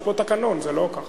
יש פה תקנון, זה לא ככה.